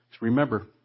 Remember